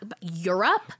Europe